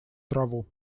траву